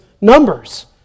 numbers